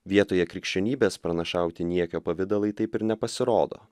vietoje krikščionybės pranašauti niekio pavidalai taip ir nepasirodo